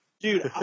Dude